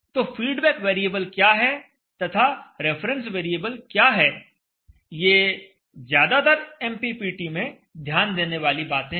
तो feedback variable क्या है तथा रेफरेंस वेरिएबल क्या है ये ज्यादातर एमपीपीटी में ध्यान देने वाली बातें हैं